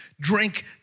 Drink